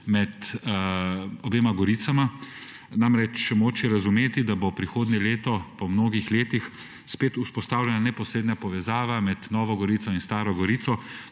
med obema Goricama. Namreč, moč je razumeti, da bo prihodnje leto po mnogih letih spet vzpostavljena neposredna povezana med Novo Gorico in Staro Gorico,